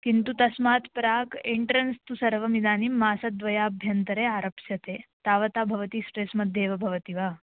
किन्तु तस्मात् प्राक् एन्ट्रन्स् तु सर्वमिदानीं मासद्वयाभ्यन्तरे आरप्स्यते तावता भवती स्ट्रेस् मध्येव भवति वा